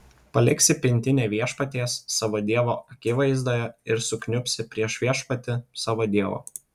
paliksi pintinę viešpaties savo dievo akivaizdoje ir sukniubsi prieš viešpatį savo dievą